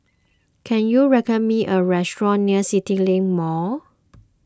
can you recommend me a restaurant near CityLink Mall